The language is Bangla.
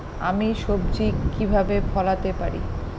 আমি সবজি কিভাবে ফলাতে পারি?